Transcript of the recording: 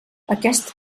aquest